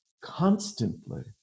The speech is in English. constantly